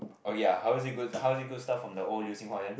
oh ya how is it goes how is it goes stuff from the old